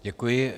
Děkuji.